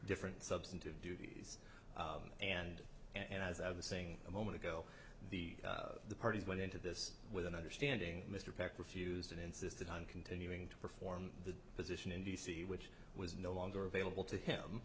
different substantive duties and and as i was saying a moment ago the parties went into this with an understanding mr peck refused and insisted on continuing to perform the position in d c which was no longer available to him